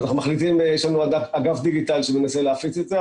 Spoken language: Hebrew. יש לנו אגף דיגיטל שמנסה להפיץ את זה,